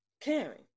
caring